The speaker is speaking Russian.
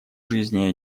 жизни